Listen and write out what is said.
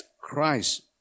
Christ